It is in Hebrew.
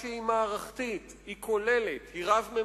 התקפה שהיא מערכתית, היא כוללת, היא רב-ממדית,